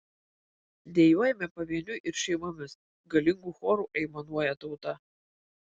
dejuojame pavieniui ir šeimomis galingu choru aimanuoja tauta